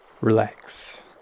Relax